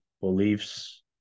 beliefs